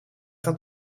dat